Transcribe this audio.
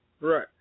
Right